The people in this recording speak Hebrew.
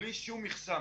בלי שום מכסה.